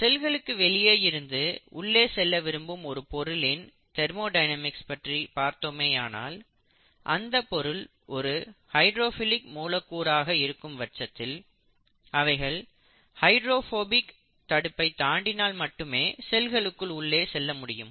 செல்களுக்கு வெளியே இருந்து உள்ளே செல்ல விரும்பும் ஒரு பொருளின் தெர்மோடைனமிக்ஸ் பற்றி பார்த்தோமேயானால் அந்தப் பொருள் ஒரு ஹைடிரோஃபிலிக் மூலக்கூறாக இருக்கும் பட்சத்தில் அவைகள் ஹைட்ரோபோபிக் தடுப்பை தாண்டினால் மட்டுமே செல்களுக்கு உள்ளே செல்ல முடியும்